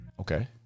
Okay